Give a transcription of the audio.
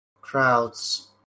Crowds